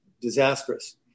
disastrous